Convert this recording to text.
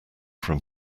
from